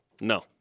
No